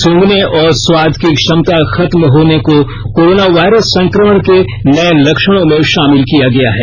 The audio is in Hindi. सूंघने और स्वाद की क्षमता खत्म होने को कोरोना वायरस संक्रमण के नए लक्षणों में शामिल किया गया है